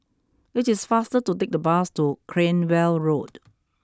it is faster to take the bus to Cranwell Road